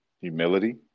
humility